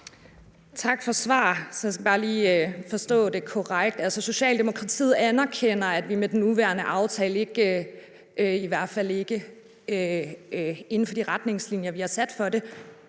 Tak for svar. Jeg skal bare lige forstå det korrekt. Altså, Socialdemokratiet anerkender, at vi med den nuværende aftale ikke, i hvert fald ikke inden for de retningslinjer, vi har sat op for det,